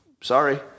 sorry